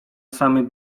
samym